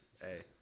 hey